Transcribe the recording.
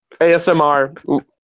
ASMR